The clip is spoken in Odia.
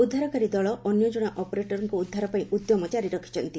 ଉଦ୍ଧାରକାରୀ ଦଳ ଅନ୍ୟ ଜଣେ ଅପରେଟରଙ୍କ ଉଦ୍ଧାର ପାଇଁ ଉଦ୍ୟମ ଜାରି ରଖୁଛନ୍ତି